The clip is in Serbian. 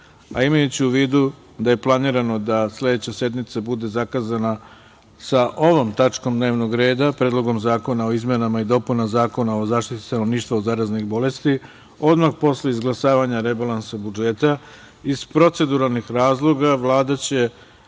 a imajući u vidu da je planirano da sledeća sednica bude zakazana sa ovom tačkom dnevnog reda – Predlogom zakona o izmenama i dopunama Zakona o zaštiti stanovništva od zaraznih bolesti, odmah posle izglasavanja rebalansa budžeta, iz proceduralnih razloga, Vlada će